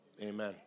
Amen